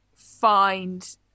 Find